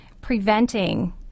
preventing